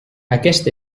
aquest